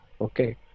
Okay